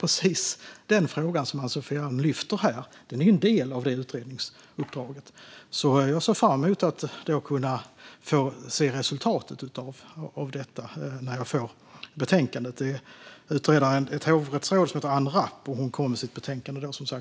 Den fråga som Ann-Sofie Alm tar upp här är en del av det utredningsuppdraget. Jag ser fram emot att få se resultatet av detta när jag får betänkandet. Utredare är ett hovrättsråd som heter Ann Rapp, och hon kommer som sagt med sitt betänkande nästa år.